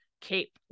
cape